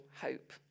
hope